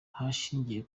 hashingiye